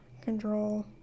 control